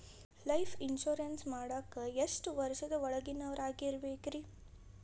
Life insurance ಮಾಡಾಕ ಎಷ್ಟು ವರ್ಷದ ಒಳಗಿನವರಾಗಿರಬೇಕ್ರಿ?